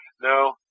no